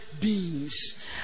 beings